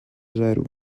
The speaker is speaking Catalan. zero